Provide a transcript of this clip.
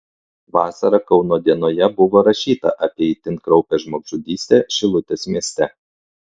vasarą kauno dienoje buvo rašyta apie itin kraupią žmogžudystę šilutės mieste